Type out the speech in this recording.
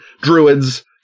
druids